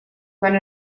quan